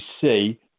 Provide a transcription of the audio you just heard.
see